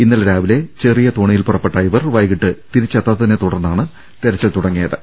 ഇന്നലെ രാവിലെ ചെറിയ തോണിയിൽ പുറപ്പെട്ട ഇവർ വൈകിട്ട് തിരിച്ചെത്താത്തിനെത്തുടർന്നാണ് തെരച്ചിൽ ആരംഭി ച്ചത്